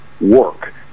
work